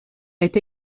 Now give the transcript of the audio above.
est